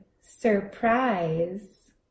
surprise